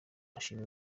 ashima